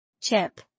Chip